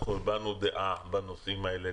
אנחנו הבענו דעה בנושאים האלה.